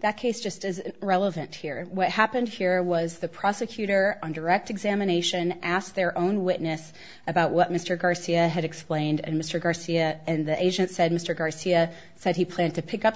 that case just as relevant here what happened here was the prosecutor under rect examination asked their own witness about what mr garcia had explained and mr garcia and the agent said mr garcia said he planned to pick up